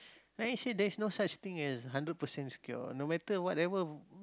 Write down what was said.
then he say there is no such thing as hundred percent secure no matter whatever